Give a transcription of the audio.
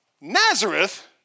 Nazareth